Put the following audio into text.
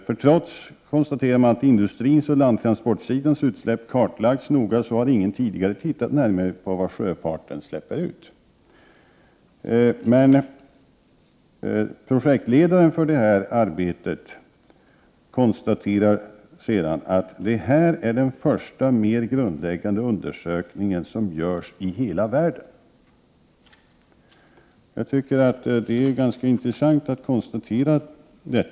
För trots att industrins och landtransportsidans utsläpp kartlagts noga så har ingen tidigare tittat närmare på vad sjöfarten släpper ut.” Projektledaren för arbetet konstaterar sedan: ”Det här är den första mer grundläggande undersökningen som görs i hela världen.” Jag tycker att det är ett ganska intressant konstaterande.